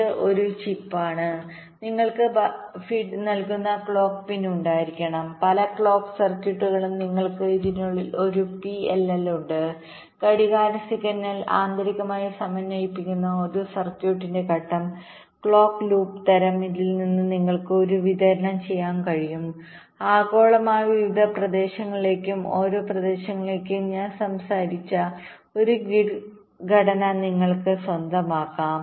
ഇത് ഒരു ചിപ്പാണ് നിങ്ങൾക്ക് ഭക്ഷണം നൽകുന്ന ക്ലോക്ക് പിൻ ഉണ്ടായിരിക്കാം പല ക്ലോക്ക് സർക്യൂട്ടുകളിലും നിങ്ങൾക്ക് അതിനുള്ളിൽ ഒരു PLL ഉണ്ട് ഘടികാര സിഗ്നൽ ആന്തരികമായി സമന്വയിപ്പിക്കുന്ന ഒരു സർക്യൂട്ടിന്റെ ഘട്ടം ലോക്ക് ലൂപ്പ് തരം ഇതിൽ നിന്ന് നിങ്ങൾക്ക് ഇത് വിതരണം ചെയ്യാൻ കഴിയും ആഗോളമായി വിവിധ പ്രദേശങ്ങളിലേക്കും ഓരോ പ്രദേശങ്ങളിലേക്കും ഞാൻ സംസാരിച്ച ഒരു ഗ്രിഡ് ഘടന നിങ്ങൾക്ക് സ്വന്തമാക്കാം